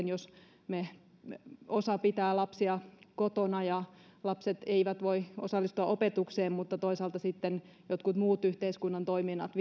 jos osa pitää lapsia kotona ja lapset eivät voi osallistua opetukseen mutta toisaalta sitten vielä jatkuvat jotkut muut yhteiskunnan toiminnat